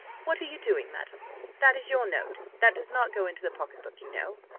what are you doing, madam that is your note, that does not go into the pocket-book, you know.